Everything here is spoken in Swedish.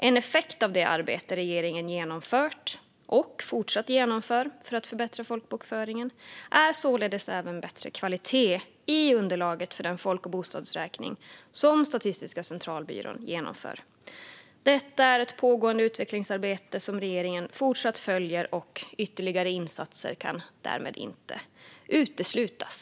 En effekt av det arbete regeringen genomfört och fortsatt genomför för att förbättra folkbokföringen är således även bättre kvalitet i underlaget för den folk och bostadsräkning som Statistiska centralbyrån genomför. Detta är ett pågående utvecklingsarbete som regeringen fortsatt följer. Ytterligare insatser kan därmed inte uteslutas.